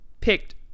picked